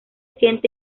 siente